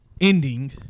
Ending